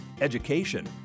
education